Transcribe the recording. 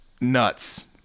nuts